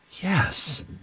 Yes